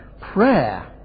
prayer